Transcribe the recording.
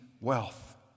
wealth